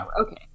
Okay